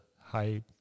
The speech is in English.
high